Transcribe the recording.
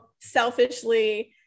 selfishly